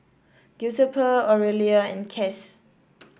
Giuseppe Orelia and Cas